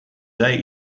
zei